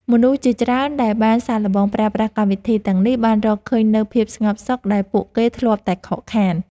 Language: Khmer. មនុស្សជាច្រើនដែលបានសាកល្បងប្រើប្រាស់កម្មវិធីទាំងនេះបានរកឃើញនូវភាពស្ងប់សុខដែលពួកគេធ្លាប់តែខកខាន។